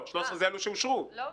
מה-23,000 50% הם